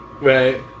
Right